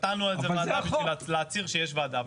נתנו איזה ועדה בשביל להצהיר שיש ועדה.